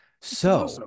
So-